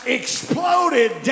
exploded